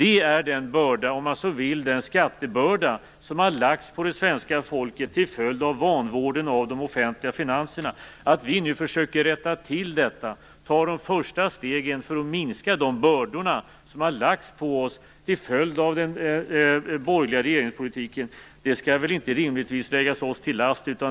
Det är den börda - om man så vill den skattebörda - som har lagts på det svenska folket till följd av vanvården av de offentliga finanserna. Att vi nu försöker att rätta till detta och tar de första stegen för att minska de bördor som har lagts på oss till följd av den borgerliga regeringspolitiken kan väl inte rimligtvis läggas oss till last.